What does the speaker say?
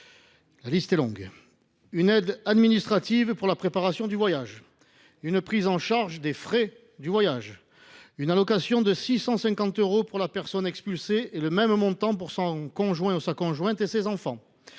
La liste est longue : une aide administrative pour la préparation du voyage ; une prise en charge des frais du voyage ; une allocation de 650 euros pour la personne expulsée, et du même montant pour son conjoint ou sa conjointe et ses enfants